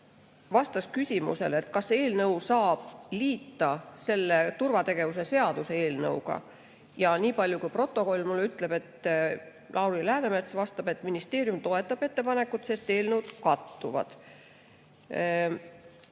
vastas küsimusele, kas seda eelnõu saab liita turvategevuse seaduse eelnõuga. Nii palju, kui protokoll mulle ütleb, siis Lauri Läänemets vastas, et ministeerium toetab ettepanekut, sest eelnõud kattuvad.